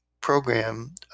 program